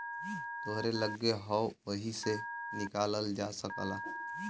तोहरे लग्गे हौ वही से निकालल जा सकेला